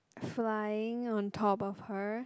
flying on top of her